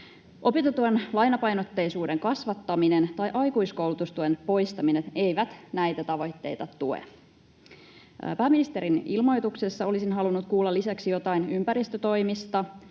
Opintotuen lainapainotteisuuden kasvattaminen tai aikuiskoulutustuen poistaminen eivät näitä tavoitteita tue. Pääministerin ilmoituksessa olisin halunnut kuulla lisäksi jotain ympäristötoimista,